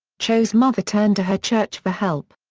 cho's mother turned to her church for help.